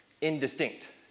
indistinct